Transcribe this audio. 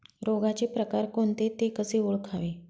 रोगाचे प्रकार कोणते? ते कसे ओळखावे?